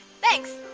thanks.